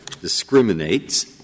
discriminates